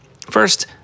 First